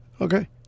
Okay